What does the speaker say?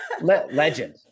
legend